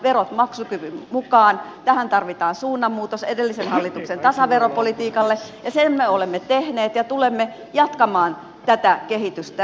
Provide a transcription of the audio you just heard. verot maksukyvyn mukaan edellisen hallituksen tasaveropolitiikkaan tarvitaan suunnanmuutos ja sen me olemme tehneet ja tulemme jatkamaan tätä kehitystä